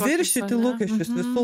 viršyti lūkesčius visų